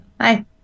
Hi